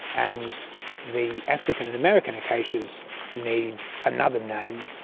and the african and american acacias need another name,